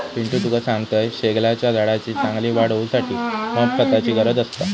पिंटू तुका सांगतंय, शेगलाच्या झाडाची चांगली वाढ होऊसाठी मॉप खताची गरज असता